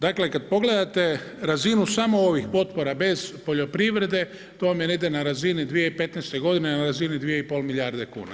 Dakle kada pogledate razinu samo ovih potpora bez poljoprivrede, to vam je negdje na razini 2015. godine na razini 2,5 milijarde kuna.